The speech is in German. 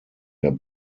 der